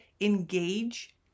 engage